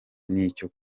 n’icyo